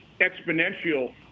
exponential